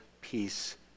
peace